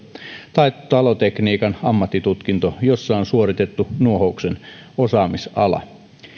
tai talotekniikan ammattitutkinto jossa on suoritettu nuohouksen osaamisala